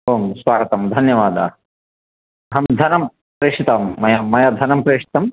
आम् स्वागतं धन्यवादाः अहं धनं प्रेषितवान् मया मया धनं प्रेषितं